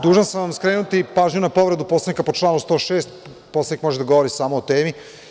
Dužan sam vam skrenuti pažnju na povredu Poslovnika po članu 106. – poslanik može da govori samo o temi.